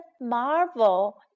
Marvel